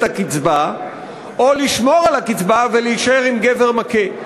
הקצבה ובין לשמור על הקצבה ולהישאר עם גבר מכה.